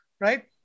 right